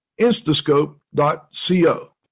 instascope.co